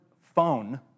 phone